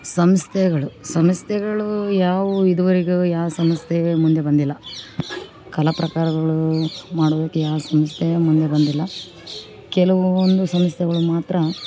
ಸಂಸ್ಥೆಗಳು ಸಂಸ್ಥೆಗಳು ಯಾವುವು ಇದುವರೆಗೆ ಯಾವ ಸಂಸ್ಥೆ ಮುಂದೆ ಬಂದಿಲ್ಲ ಕಲಾ ಪ್ರಕಾರಗಳು ಮಾಡೋದಕ್ಕೆ ಯಾವ ಸಂಸ್ಥೆ ಮುಂದೆ ಬಂದಿಲ್ಲ ಕೆಲವೊಂದು ಸಂಸ್ಥೆಗುಳು ಮಾತ್ರ